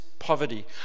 poverty